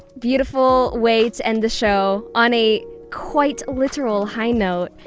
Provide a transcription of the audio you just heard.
beautiful way to end the show on a quite literal high note!